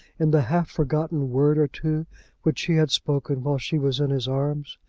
in the half-forgotten word or two which he had spoken while she was in his arms,